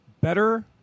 better